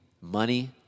money